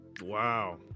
Wow